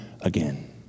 again